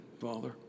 Father